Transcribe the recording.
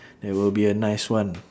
that will be a nice one